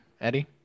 Eddie